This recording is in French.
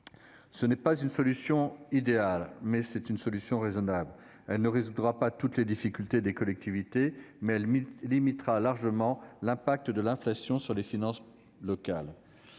Ce n'est pas une solution idéale, mais c'est une solution raisonnable. Elle ne résoudra pas toutes les difficultés des collectivités, mais elle limitera largement l'impact de l'inflation sur les finances locales.